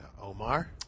Omar